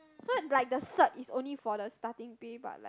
so like the cert is only for the starting pay but like